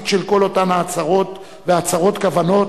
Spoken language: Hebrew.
של כל אותן הצהרות והצהרות כוונות,